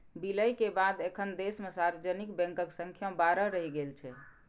विलय के बाद एखन देश मे सार्वजनिक बैंकक संख्या बारह रहि गेल छै